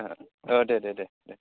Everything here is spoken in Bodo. अ दे दे दे